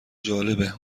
جالبه